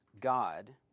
God